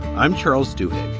i'm charles stewart.